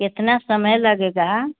कितना समय लगेगा